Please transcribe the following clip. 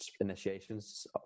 initiations